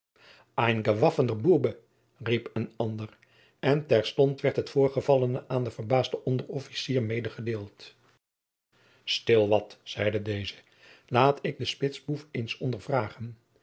bube riep een ander en terstond werd het voorgevallene aan den verbaasden onderofficier medegedeeld stil wat zeide deze laat ik den spitsboef